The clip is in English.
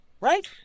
Right